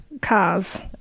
Cars